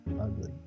ugly